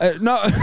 No